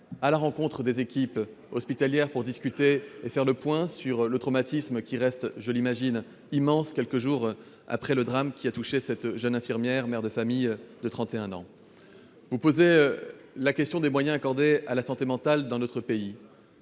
pour rencontrer les équipes hospitalières, discuter et faire le point sur ce traumatisme, qui reste, je l'imagine, immense, quelques jours après le drame qui a touché cette jeune infirmière, mère de famille de 31 ans. Vous posez la question des moyens accordés à la santé mentale dans notre pays.